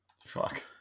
Fuck